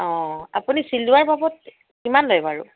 অঁ আপুনি চিলোৱাৰ বাবদ কিমান লয় বাৰু